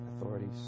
authorities